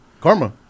Karma